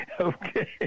Okay